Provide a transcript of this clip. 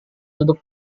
duduk